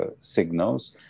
signals